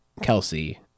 kelsey